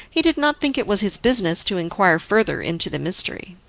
he did not think it was his business to inquire further into the mystery.